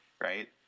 right